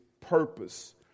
purpose